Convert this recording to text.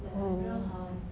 oh